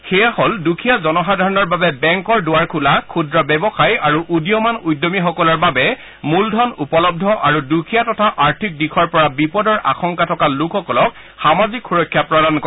সেয়া হ'ল দুখীয়া জনসাধাৰণৰ বাবে বেঙ্কৰ দুৱাৰ খোলা ক্ষুদ্ৰ ব্যৱসায় আৰু উদীয়মান উদ্যমীসকলৰ বাবে মূলধন উপলৰূ আৰু দুখীয়া তথা আৰ্থিক দিশৰ পৰা বিপদৰ আশংকা থকা লোকসকলক সামাজিক সুৰক্ষা প্ৰদান কৰা